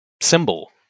symbol